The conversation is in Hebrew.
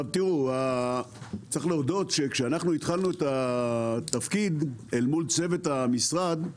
צריך להודות שכשאנחנו התחלנו בתפקיד מול צוות המשרד,